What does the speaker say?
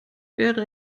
wäre